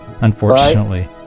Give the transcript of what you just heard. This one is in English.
unfortunately